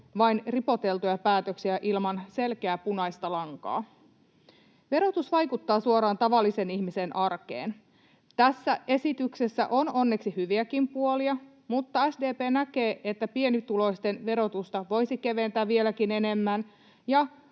vain ripoteltuja päätöksiä ilman selkeää punaista lankaa. Verotus vaikuttaa suoraan tavallisen ihmisen arkeen. Tässä esityksessä on onneksi hyviäkin puolia, mutta SDP näkee, että pienituloisten verotusta voisi keventää vieläkin enemmän